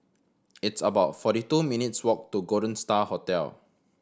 it's about forty two minutes' walk to Golden Star Hotel